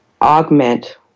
augment